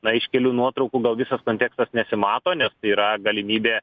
na iš kelių nuotraukų gal visas kontekstas nesimato nes yra galimybė